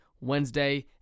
Wednesday